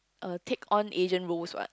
uh take on Asian roles what